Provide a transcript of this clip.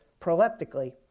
proleptically